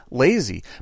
lazy